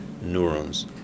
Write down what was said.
neurons